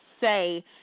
say